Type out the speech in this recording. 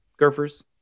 Gurfers